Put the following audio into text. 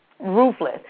ruthless